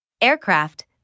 Aircraft